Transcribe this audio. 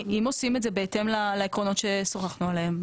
אם עושים את זה בהתאם לעקרונות שדיברנו עליהם,